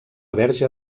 verge